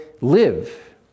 live